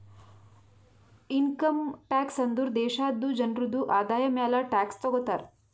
income tax ಅಂದುರ್ ದೇಶಾದು ಜನ್ರುದು ಆದಾಯ ಮ್ಯಾಲ ಟ್ಯಾಕ್ಸ್ ತಗೊತಾರ್